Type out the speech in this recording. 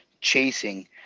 chasing